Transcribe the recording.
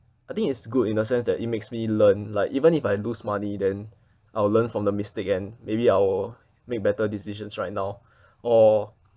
I think it's good in a sense that it makes me learn like even if I lose money then I would learn from the mistake and maybe I will make better decisions right now or